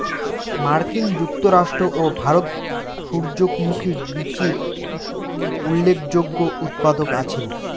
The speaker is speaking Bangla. মার্কিন যুক্তরাষ্ট্র ও ভারত সূর্যমুখী বীচির উল্লেখযোগ্য উৎপাদক আছিল